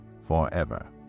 forever